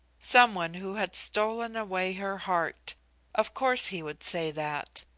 some one who had stolen away her heart of course he would say that.